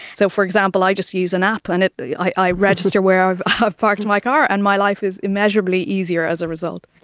so, for example, i just use an app and i register where i've i've parked my car and my life is immeasurably easier as a result.